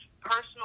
personal